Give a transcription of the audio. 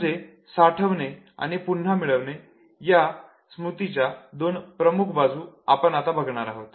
म्हणजे साठविणे आणि पुन्हा मिळविणे या स्मृतीच्या दोन प्रमुख बाजू आपण आता बघणार आहोत